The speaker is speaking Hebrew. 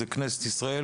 זאת כנסת ישראל,